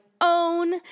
own